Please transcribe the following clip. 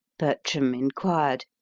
bertram inquired,